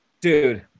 dude